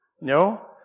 No